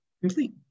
complete